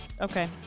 Okay